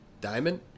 Diamond